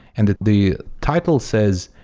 and the title says,